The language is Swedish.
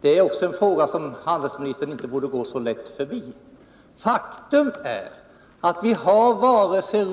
Det är också en fråga som handelsministern inte borde gå så lätt förbi. Faktum är att vi inte har